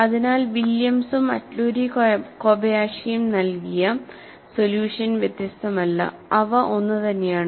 അതിനാൽ വില്യംസും അറ്റ്ലൂരി കോബയാഷിയും നൽകിയ സൊല്യൂഷൻ വ്യത്യസ്തമല്ല അവ ഒന്നുതന്നെയാണ്